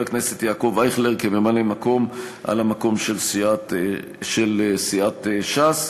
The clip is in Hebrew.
הכנסת ישראל אייכלר כממלא-מקום על המקום של סיעת ש"ס.